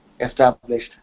established